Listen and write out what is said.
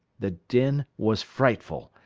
the din was frightful.